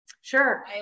Sure